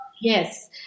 yes